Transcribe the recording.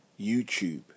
YouTube